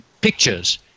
pictures